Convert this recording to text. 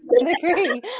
agree